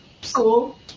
school